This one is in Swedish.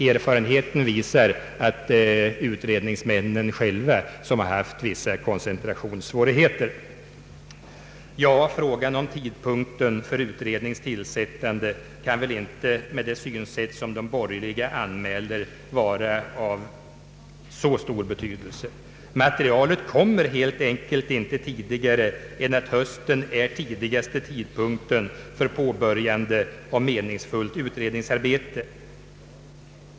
Erfarenheten visar att det är utredningsmännen själva som haft vissa koncentrationssvårigheter. Frågan om tidpunkten för utredningens tillsättande kan väl inte, med det synsätt som de borgerliga anmäler, vara av så stor betydelse. Materialet kommer helt enkelt inte tidigare än att hösten är lämpligaste tidpunkten för påbörjande av meningsfullt utrednings arbete.